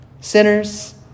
sinners